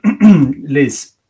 Liz